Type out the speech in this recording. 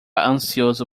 ansioso